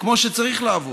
כמו שצריך לעבוד.